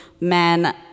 men